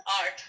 art